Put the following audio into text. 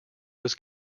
was